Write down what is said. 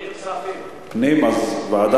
פנים, פנים.